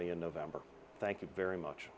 me in november thank you very much